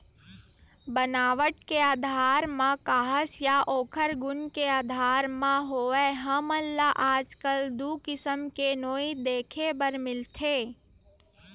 बनावट के आधार म काहस या ओखर गुन के आधार म होवय हमन ल आजकल दू किसम के नोई देखे बर मिलथे